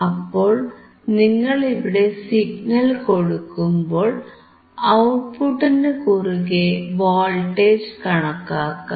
അപ്പോൾ നിങ്ങൾ ഇവിടെ സിഗ്നൽ കൊടുക്കുമ്പോൾ ഔട്ട്പുട്ടിനു കുറുകേ വോൾട്ടേജ് കണക്കാക്കാം